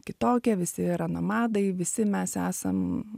kitokie visi yra nomadai visi mes esam